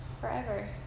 forever